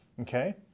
okay